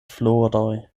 floroj